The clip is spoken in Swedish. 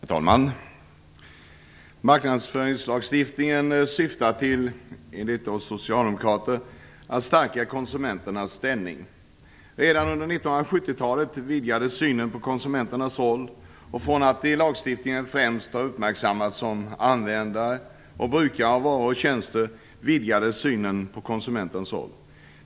Herr talman! Marknadsföringslagstiftningen syftar, enligt oss socialdemokrater, till att stärka konsumenternas ställning. Redan under 1970-talet vidgades synen på konsumenternas roll. Konsumenterna hade i lagstiftningen tidigare främst uppmärksammats som användare och brukare av varor och tjänster. Nu vidgades synen på konsumenternas roll.